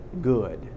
good